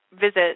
visit